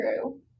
true